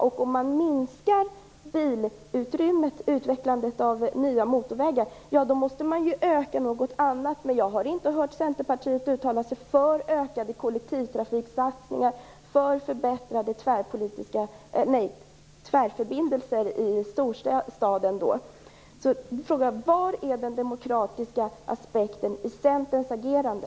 Om bilutrymmet och utvecklandet av nya motorvägar minskas, måste man ju utöka i något annat avseende. Jag har dock inte hört Centerpartiet uttala sig för ökade kollektivtrafiksatsningar och för förbättrade tvärförbindelser i storstaden. Var finns alltså den demokratiska aspekten i Centerns agerande?